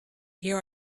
here